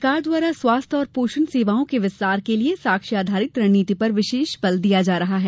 शासन द्वारा स्वास्थ्य और पोषण सेवाओं के विस्तार के लिये साक्ष्य आधारित रणनीति पर विशेष बल दिया गया है